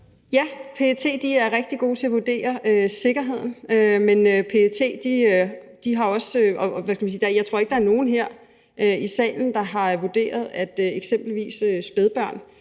Ja, PET er rigtig gode til at vurdere sikkerheden, men jeg tror ikke, der er nogen her i salen, der har vurderet, at eksempelvis spædbørn